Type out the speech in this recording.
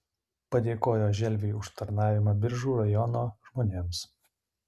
padėkojo želviui už tarnavimą biržų rajono žmonėms